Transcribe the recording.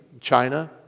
China